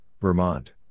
Vermont